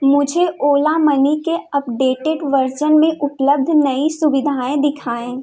मुझे ओला मनी के updated version में उपलब्ध नई सुविधाएँ दिखाएँ